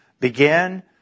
Begin